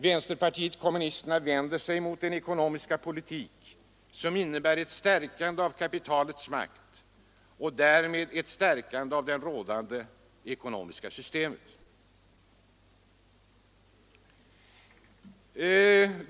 Vänsterpartiet kommunisterna vänder sig mot den ekonomiska politik som innebär ett stärkande av kapitalets makt och därmed ett stärkande av det rådande ekonomiska systemet.